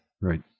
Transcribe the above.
Right